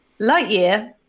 Lightyear